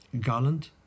Garland